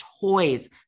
toys